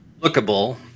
lookable